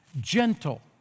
gentle